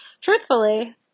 truthfully